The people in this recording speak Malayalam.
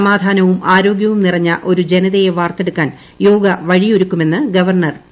സമാധാനവും ആരോഗ്യവും നിറഞ്ഞ ഒരു ജനതയെ വാർത്തെടുക്കാൻ യോഗ വഴിയൊരുക്കുമെന്ന് ഗവർണർ പി